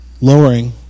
lowering